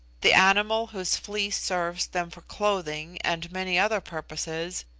the animal whose fleece serves them for clothing and many other purposes,